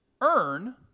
earn